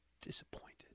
disappointed